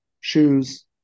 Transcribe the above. shoes